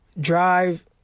drive